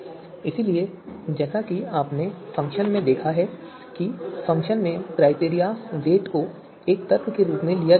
इसलिए जैसा कि आपने फंक्शन में देखा है कि फंक्शन में क्राइटेरिया वेट को एक तर्क के रूप में लिया जा रहा है